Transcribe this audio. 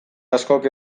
askok